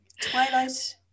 Twilight